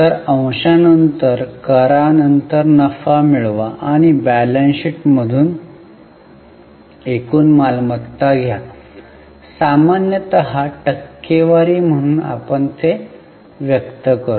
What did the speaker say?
तर अंशानंतर करा नंतर नफा मिळवा आणि बॅलन्स शीट मधून एकूण मालमत्ता घ्या सामान्यत टक्केवारी म्हणून आपण ते व्यक्त करू